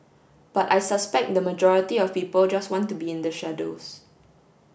but I suspect the majority of people just want to be in the shadows